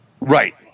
Right